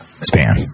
span